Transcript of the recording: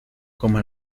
como